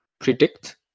predict